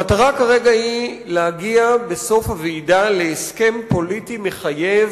המטרה כרגע היא להגיע בסוף הוועידה להסכם פוליטי מחייב,